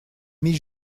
mais